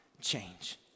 change